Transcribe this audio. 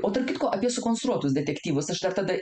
o tarp kitko apie sukonstruotus detektyvus aš dar tada